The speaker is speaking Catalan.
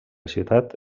ciutat